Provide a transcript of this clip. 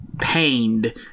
pained